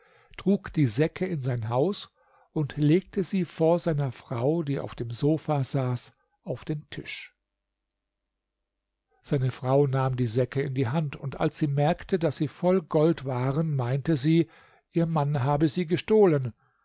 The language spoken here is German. trug die säcke in sein haus und legte sie vor seiner frau die auf dem sofa saß auf den tisch seine frau nahm die säcke in die hand und als sie merkte daß sie voll gold waren meinte sie ihr mann habe sie gestohlen